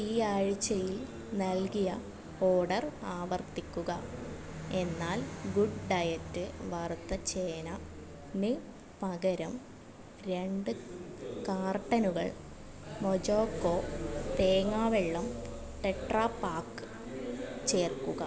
ഈ ആഴ്ചയിൽ നൽകിയ ഓഡർ ആവർത്തിക്കുക എന്നാൽ ഗുഡ് ഡയറ്റ് വറുത്ത ചേനന് പകരം രണ്ട് കാർട്ടണുകൾ മോജോകോ തേങ്ങാവെള്ളം ടെട്രാപാക്ക് ചേർക്കുക